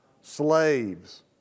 Slaves